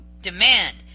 demand